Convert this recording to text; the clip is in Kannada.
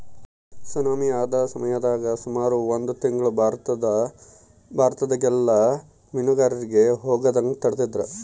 ಸುನಾಮಿ ಆದ ಸಮಯದಾಗ ಸುಮಾರು ಒಂದು ತಿಂಗ್ಳು ಭಾರತದಗೆಲ್ಲ ಮೀನುಗಾರಿಕೆಗೆ ಹೋಗದಂಗ ತಡೆದಿದ್ರು